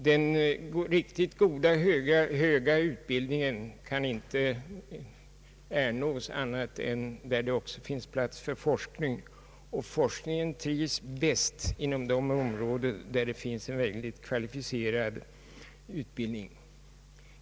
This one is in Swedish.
Den riktigt goda högre utbildningen kan inte ernås annat än där det också finns plats för forskning, och forskningen trivs bäst inom de områden där det finns en verkligt kvalificerad utbildning.